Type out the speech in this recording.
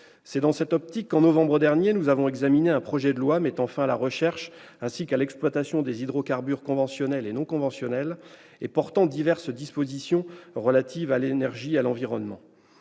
C'est dans cette optique qu'en novembre dernier, nous avons examiné un projet de loi mettant fin à la recherche ainsi qu'à l'exploitation des hydrocarbures conventionnels et non conventionnels et portant diverses dispositions relatives à l'énergie et à l'environnement.